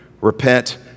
repent